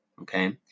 okay